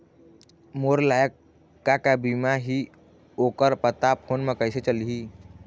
मोर लायक का का बीमा ही ओ कर पता फ़ोन म कइसे चलही?